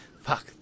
fuck